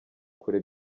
kure